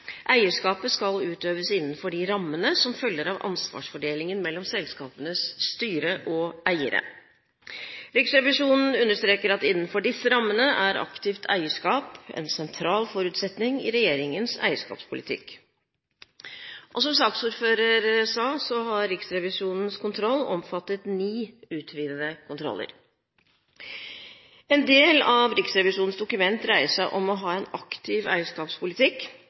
eierskapet skal utøves innenfor de rammene som følger av ansvarsfordelingen mellom selskapenes styre og eiere. Riksrevisjonen understreker at innenfor disse rammene er aktivt eierskap en sentral forutsetning i regjeringens eierskapspolitikk. Som saksordføreren sa, har Riksrevisjonens kontroll omfattet ni utvidede kontroller. En del av Riksrevisjonens dokument dreier seg om å ha en aktiv